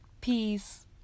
Peace